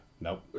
nope